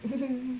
if you can